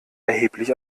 erheblich